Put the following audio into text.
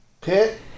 Pit